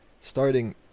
starting